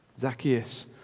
Zacchaeus